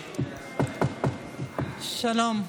שלום,